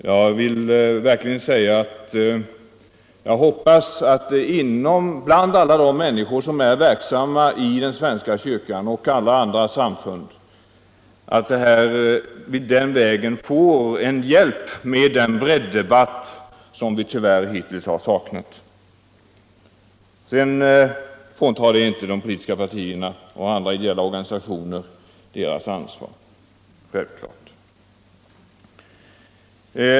Jag hoppas att vi genom alla de människor som är verksamma inom den svenska kyrkan och alla andra samfund får en hjälp med den breddebatt som vi tyvärr hittills har saknat. Detta fråntar självfallet inte de politiska partierna och andra ideella organisationer deras ansvar.